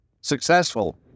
successful